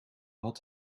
had